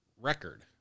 record